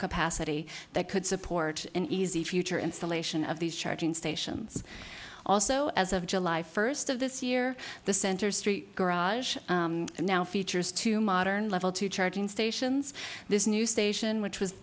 capacity that could support an easy future installation of these charging stations also as of july first of this year the center street garage now features two modern level two charging stations this new station which was